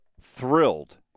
thrilled